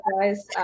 guys